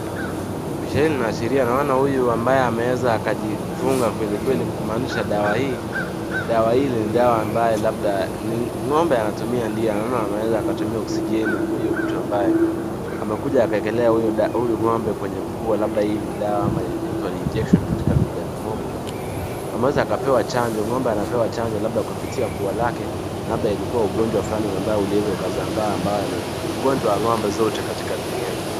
Picha hii inaashiria naona huyu ambaye ameweza akajifunga kweli kweli kumaanisha dawa hii, dawa hii ni dawa ambayo labda ng'ombe anatumia. Ndio naona wameweza wakatumia oksijeni. Mmoja mtu ambaye amekuja akaekelea huyo huyo ng'ombe kwenye pua. Labda hii ni dawa ama inaitwa injection katika lugha ya kimombo. Ameweza akapewa chanjo. Ng'ombe anapewa chanjo labda kupitia pua lake. Labda ilikuwa ugonjwa fulani ambao uliweza ukazambaa ambao ni ugonjwa wa ng'ombe zote katika duniani.